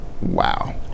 Wow